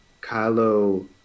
Kylo